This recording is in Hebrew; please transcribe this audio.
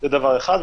זה דבר אחד.